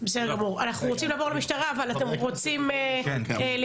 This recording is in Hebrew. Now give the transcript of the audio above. אנחנו רוצים לעבור למשטרה אבל אתם רוצים להתייחס?